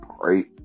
Right